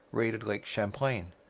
raided lake champlain.